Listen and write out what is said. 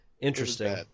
Interesting